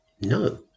No